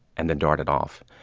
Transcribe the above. and then darted off.